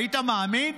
היית מאמין?